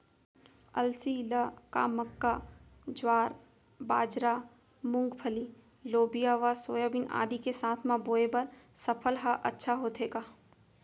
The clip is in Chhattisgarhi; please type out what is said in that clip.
अलसी ल का मक्का, ज्वार, बाजरा, मूंगफली, लोबिया व सोयाबीन आदि के साथ म बोये बर सफल ह अच्छा होथे का?